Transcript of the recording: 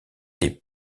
des